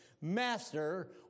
Master